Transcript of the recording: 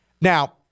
Now